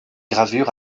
gravures